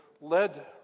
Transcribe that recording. led